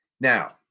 Now